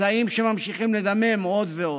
פצעים שממשיכים לדמם עוד ועוד.